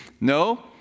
no